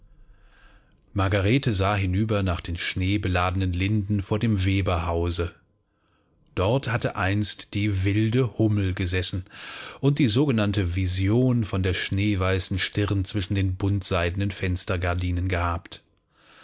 margarete sah hinüber nach den schneebeladenen linden vor dem weberhause dort hatte einst die wilde hummel gesessen und die sogenannte vision von der schneeweißen stirn zwischen den buntseidenen fenstergardinen gehabt